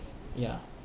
ya